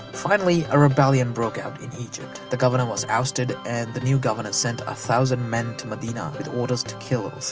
finally, a rebellion broke out in egypt. the governor was ousted and the new governor sent a thousand men to madinah, with orders to kill